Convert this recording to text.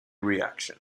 reaction